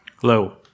Hello